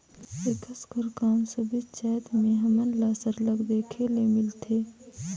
एकर कस काम सबेच जाएत में हमन ल सरलग देखे ले मिलथे